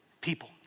people